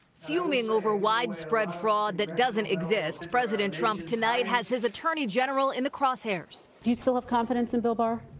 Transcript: fuming over widespread fraud that doesn't exist president trump has his attorney general in the cross hairs. do you still have confidence in bill barr?